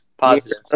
positive